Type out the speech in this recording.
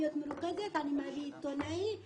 אני מביא עיתונאי,